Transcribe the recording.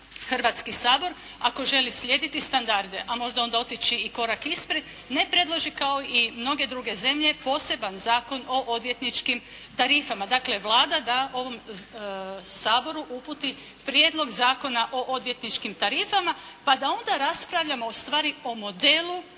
Hrvatski sabor ako želi slijediti standarde, a možda onda otići i korak ispred ne predloži kao i mnoge druge zemlje poseban zakon o odvjetničkim tarifama. Dakle, Vlada da ovom Saboru uputi prijedlog zakona o odvjetničkim tarifama, pa da onda raspravljamo u stvari o modelu